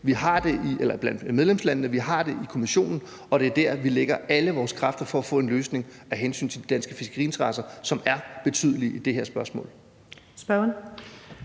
i Kommissionen, og at det er der, vi lægger alle vores kræfter for at få en løsning af hensyn til de danske fiskeriinteresser, som er betydelige i det her spørgsmål.